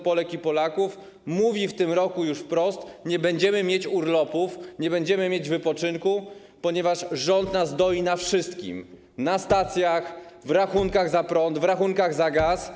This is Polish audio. Polek i Polaków mówi w tym roku już wprost: nie będziemy mieć urlopów, nie będziemy mieć wypoczynku, ponieważ rząd nas doi na wszystkim: na stacjach, w rachunkach za prąd, w rachunkach za gaz.